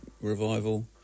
revival